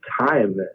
time